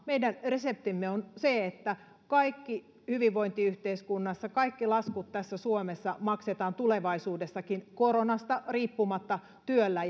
meidän reseptimme on se että kaikki laskut hyvinvointiyhteiskunnassa kaikki laskut suomessa maksetaan tulevaisuudessakin koronasta riippumatta työllä